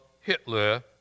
Hitler